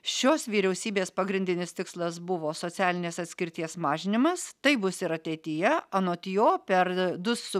šios vyriausybės pagrindinis tikslas buvo socialinės atskirties mažinimas taip bus ir ateityje anot jo per du su